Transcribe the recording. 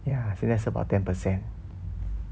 ya 现在是 about ten percent